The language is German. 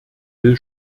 will